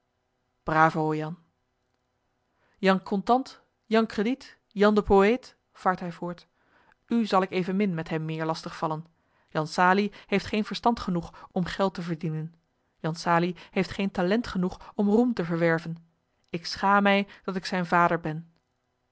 bravo jan jan contant jan crediet jan de poëet vaart hij voort u zal ik evenmin met hem meer lastig vallen jan salie heeft geen verstand genoeg om geld te verdienen jan salie heeft geen talent genoeg om roem te verwerven ik schaam mij dat ik zijn vader ben